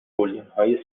گلدانهای